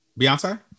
Beyonce